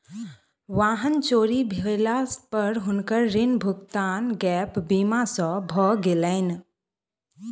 वाहन चोरी भेला पर हुनकर ऋण भुगतान गैप बीमा सॅ भ गेलैन